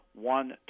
one